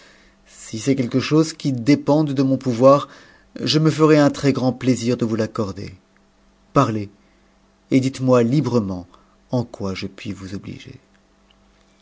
si c'est quelque chose qui dépende de mon pouvoir je me ferai un trèsjjrand plaisir de vous l'accorder parlez et dites-moi librement en quoi je puis vous obliger